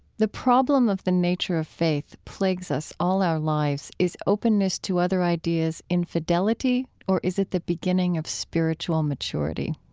the problem of the nature of faith plagues us all our lives. is openness to other ideas infidelity or is it the beginning of spiritual maturity?